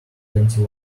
twenty